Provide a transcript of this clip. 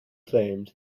claimed